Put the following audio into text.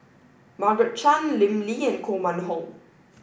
Margaret Chan Lim Lee and Koh Mun Hong